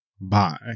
bye